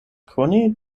koni